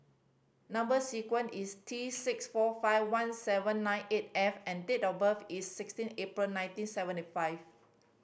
number sequence is T six four five one seven nine eight F and date of birth is sixteen April nineteen seventy five